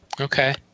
Okay